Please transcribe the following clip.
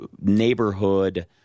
neighborhood